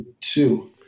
two